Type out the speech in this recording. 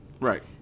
Right